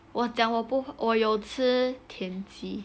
我讲我不我有吃田鸡